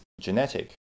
genetic